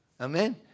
Amen